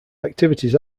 activities